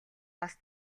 бас